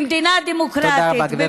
במדינה דמוקרטית, תודה רבה, גברתי.